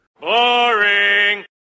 Boring